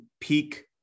peak